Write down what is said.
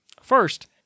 first